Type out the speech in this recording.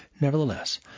Nevertheless